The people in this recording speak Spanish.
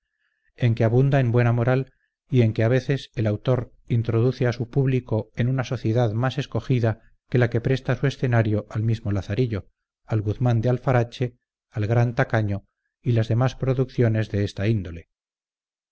en que abunda en buena moral y en que a veces el autor introduce a su público en una sociedad más escogida que la que presta su escenario al mismo lazarillo al guzmán de alfarache al gran tacaño y las demás producciones de esta índole